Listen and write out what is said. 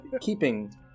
Keeping